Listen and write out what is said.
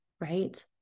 right